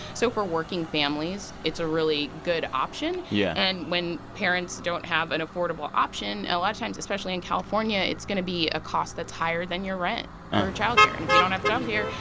so for working families, it's a really good option yeah and when parents don't have an affordable option, a lot of times, especially in california, it's going to be a cost that's higher than your rent for childcare. and if you don't have child care,